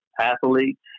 athletes